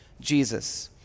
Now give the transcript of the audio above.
Jesus